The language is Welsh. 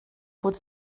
fod